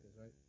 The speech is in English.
right